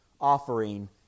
offering